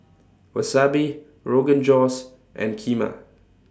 Wasabi Rogan Josh and Kheema